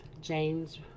James